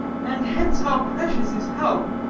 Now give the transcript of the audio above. and hence how precious is help,